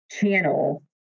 channel